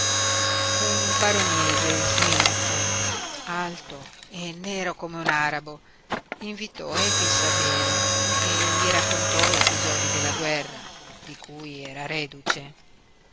un baroniese smilzo alto e nero come un arabo invitò efix a bere e gli raccontò episodi della guerra di cui era reduce